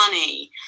money